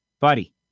buddy